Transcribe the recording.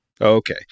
Okay